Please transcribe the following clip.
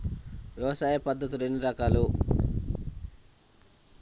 వ్యవసాయ పద్ధతులు ఎన్ని రకాలు?